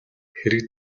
хэрэг